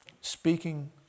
speaking